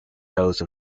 those